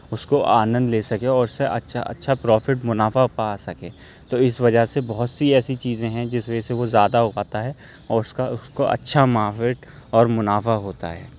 اس کو آنند لے سکے اور اس سے اچھا اچھا پرافٹ منافع پا سکے تو اس وجہ سے بہت سی ایسی چیزیں ہیں جس وجہ سے وہ زیادہ اگاتا ہے اور اس کا اس کو اچھا منافع اور منافع ہوتا ہے